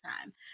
time